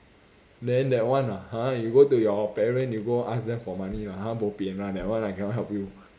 then that one ah !huh! you go to your parent you go ask them for money lah ha bo pian [one] that one I cannot help you